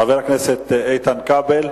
חבר הכנסת איתן כבל,